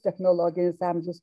technologinis amžius